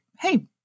hey